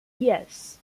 yes